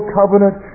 covenant